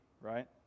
right